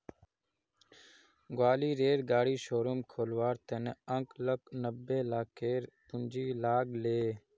ग्वालियरेर गाड़ी शोरूम खोलवार त न अंकलक नब्बे लाखेर पूंजी लाग ले